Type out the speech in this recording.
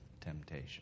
temptation